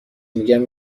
میگم